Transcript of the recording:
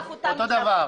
אותו הדבר.